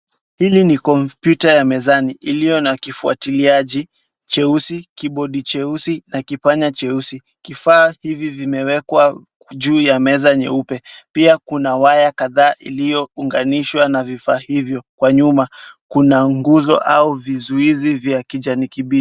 Hili ni kompyuta la nyumbani iliyo na kifuatiliaji cheusi, kibodi cheusi na kipanya cheusi. Kifaa hivi vimewekwa juu ya meza nyeupe. Pia kuna waya kadhaa iliyounganishwa na vifaa hivyo. Kwa nyuma kuna nguzo au vizuizi vya kijani kibichi.